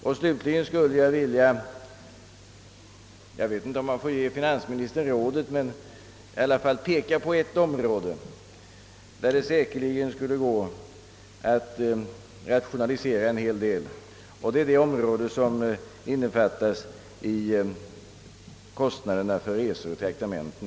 Jag vet inte om jag får ge finansministern ett råd, men jag skulle i varje fall till slut vilja peka på ett område, där det säkerligen skulle gå att rationalisera en hel del. Jag tänker på kostnaderna för resor och traktamenten.